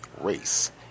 race